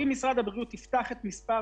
כל זמן